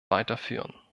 weiterführen